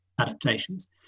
adaptations